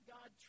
God